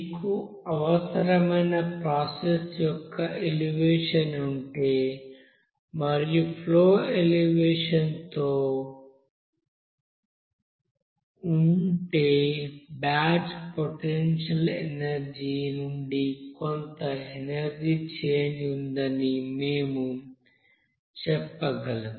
మీకు అవసరమైన ప్రాసెస్ యొక్క ఎలివేషన్ ఉంటే మరియు ఫ్లో ఎలివేషన్తో ఉంటే బ్యాచ్ పొటెన్షియల్ ఎనర్జీ నుండి కొంత ఎనర్జీ చేంజ్ ఉందని మేము చెప్పగలం